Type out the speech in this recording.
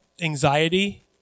anxiety